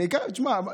תשמע,